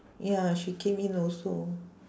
ya she came in also